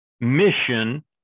Mission